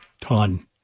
ton